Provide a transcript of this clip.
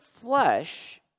flesh